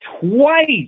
twice